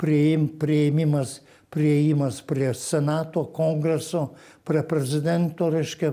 priim priėmimas priėjimas prie senato kongreso prie prezidento reiškia